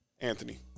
Anthony